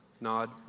Nod